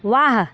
वाह